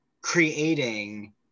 creating